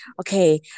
okay